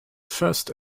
first